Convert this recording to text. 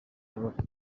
uyobora